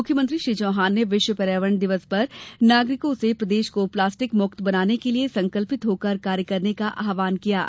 मुख्यमंत्री श्री चौहान ने विश्व पर्यावरण दिवस पर नागरिकों से प्रदेश को प्लास्टिक मुक्त बनाने के लिये संकल्पित होकर कार्य करने का आव्हान किया है